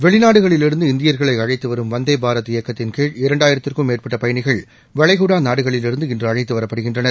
வெளிநாடுகளிலிருந்து இந்தியர்களைஅழைத்துவரும் வந்தேபாரத் இயக்கத்தின் இரண்டாயிரத்துக்கும் மேற்பட்டபயணிகள் வளைகுடாநாடுகளிலிருந்து இன்றுஅழைத்துவரப்படுகின்றனர்